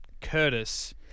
Curtis